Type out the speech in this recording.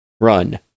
run